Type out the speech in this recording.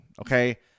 okay